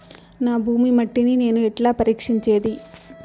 నా భూమి మట్టిని నేను ఎట్లా పరీక్షించేది?